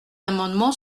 amendement